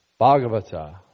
Bhagavata